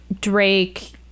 Drake